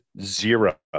zero